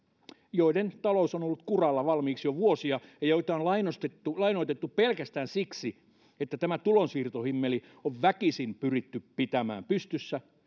joiden talous on ollut kuralla valmiiksi jo vuosia ja joita on lainoitettu lainoitettu pelkästään siksi että tämä tulonsiirtohimmeli on väkisin pyritty pitämään pystyssä